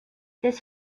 this